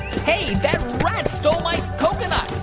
hey, that rat stole my coconut.